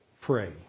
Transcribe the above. pray